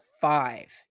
five